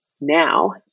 now